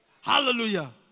Hallelujah